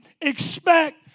expect